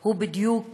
הוא בדיוק